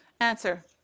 Answer